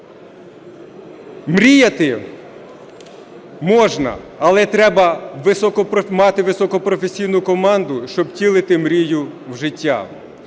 Мріяти можна, але треба мати високопрофесійну команду, щоб втілити мрію в життя.